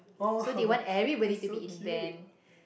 so they want everybody to be in band